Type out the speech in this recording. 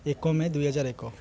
ଏକ ମେ ଦୁଇହଜାର ଏକ